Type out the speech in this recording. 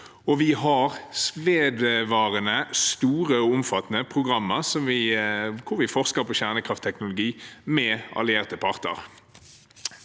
vi har vedvarende, store og omfattende programmer hvor vi forsker på kjernekraftteknologi med allierte parter.